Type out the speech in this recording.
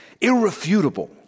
irrefutable